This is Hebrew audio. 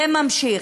זה נמשך.